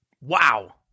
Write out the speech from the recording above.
Wow